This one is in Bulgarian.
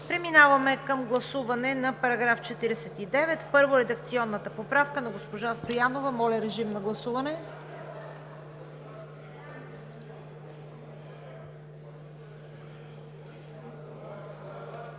Преминаваме към гласуване на § 49. Първо редакционната поправка на госпожа Стоянова. Моля, гласувайте.